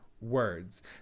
words